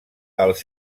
els